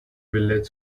village